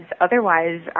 otherwise